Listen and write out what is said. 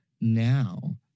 now